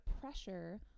pressure